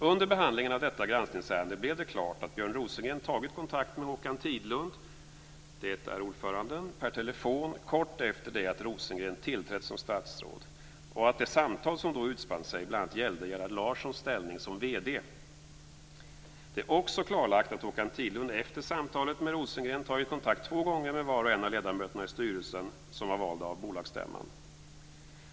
Under behandlingen av detta granskningsärende blev det klart att Björn Rosengren tagit kontakt med Håkan Tidlund, det är ordföranden, per telefon kort efter det att Rosengren tillträtt som statsråd och att det samtal som då utspann sig bl.a. gällde Gerhard Larssons ställning som vd. Det är också klarlagt att Håkan Tidlund efter samtalet med Rosengren tagit kontakt två gånger med var och en av ledamöterna i styrelsen som var valda av bolagsstämman.